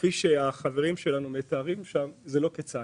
כפי שהחברים שלנו מתארים הוא לא כצעקתה.